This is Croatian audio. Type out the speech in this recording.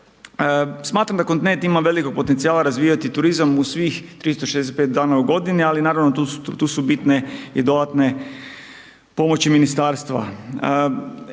Smatram da kontinent ima velikog potencijala razvijati turizam u svih 365 dana u godini, ali naravno, tu su bitne i dodatne pomoći ministarstva.